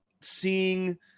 seeing